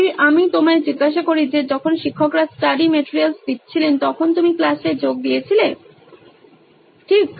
যদি আমি তোমায় জিজ্ঞাসা করি যে যখন শিক্ষকরা স্টাডি মেটেরিয়ালস দিচ্ছিলেন তখন তুমি ক্লাসে যোগ দিয়েছিলে ঠিক